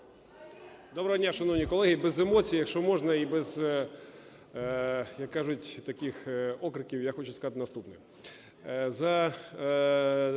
Доброго дня, шановні колеги. Без емоцій, якщо можна і без, як кажуть, таких окриків, я хочу сказати наступне.